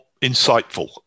insightful